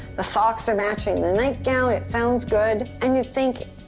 the socks are matching the nightgown. it sounds good. and you think,